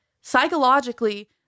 psychologically